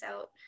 out